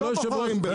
לא בוחרים בך.